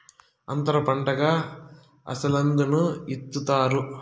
అంతర పంటగా అలసందను ఇత్తుతారు